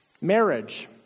marriage